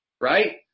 Right